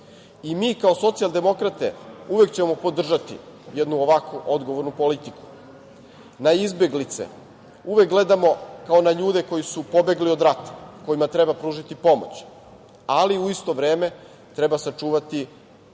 Mi kao socijaldemokrate uvek ćemo podržati jednu ovako odgovornu politiku. Na izbeglice uvek gledamo kao na ljude koji su pobegli od rata, kojima treba pružiti pomoć. Ali, u isto vreme, treba sačuvati i